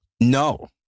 No